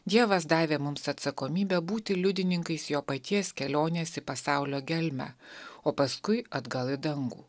dievas davė mums atsakomybę būti liudininkais jo paties kelionės į pasaulio gelmę o paskui atgal į dangų